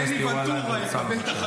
חבר הכנסת יוראי להב הרצנו, בבקשה.